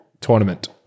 tournament